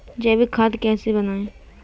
जैविक खाद कैसे बनाएँ?